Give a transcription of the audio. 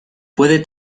puede